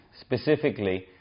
specifically